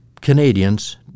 Canadians